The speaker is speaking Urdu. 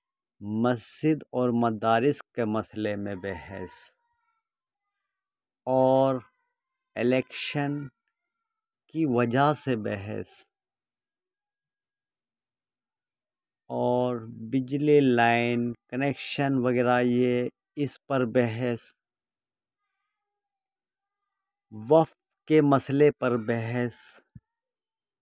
مسجد اور مدارس کے مسئلے میں بحث اور الیکشن کی وجہ سے بحث اور بجلی لائن کنیکشن وغیرہ یہ اس پر بحث وقت کے مسئلے پر بحث